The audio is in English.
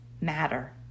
matter